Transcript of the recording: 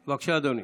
בבקשה, אדוני,